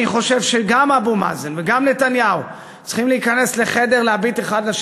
אני חושב שגם אבו מאזן וגם נתניהו צריכים להיכנס לחדר להביט האחד בעיני